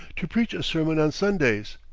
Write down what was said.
to preach a sermon on sundays,